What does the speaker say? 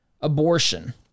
abortion